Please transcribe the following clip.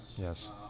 Yes